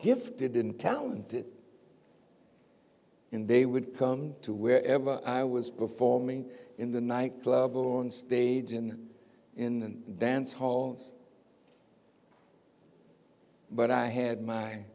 gifted and talented and they would come to wherever i was performing in the nightclub on stage and in dance halls but i had my